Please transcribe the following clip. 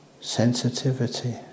sensitivity